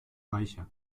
reicher